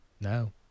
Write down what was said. No